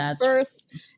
first